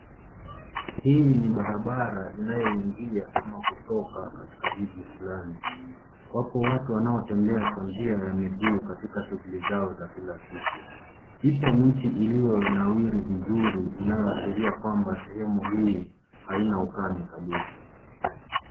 Hii ni barabara inayoingia ama kutoka katika jiji fulani. Wapo watu wanaotembea kwa njia ya miguu katika shughuli zao za kila siku. Ipo miti iliyonawiri vizuri inayoashiria kwamba sehemu hii haina ukame kabisa.